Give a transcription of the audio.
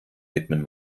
widmen